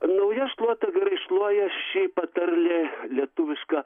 nauja šluota gerai šluoja ši patarlė lietuviška